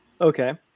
Okay